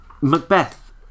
Macbeth